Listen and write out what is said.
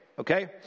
Okay